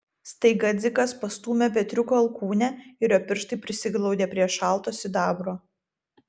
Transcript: staiga dzikas pastūmė petriuko alkūnę ir jo pirštai prisiglaudė prie šalto sidabro